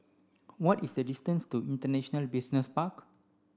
what is the distance to International Business Park